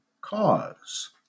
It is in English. cause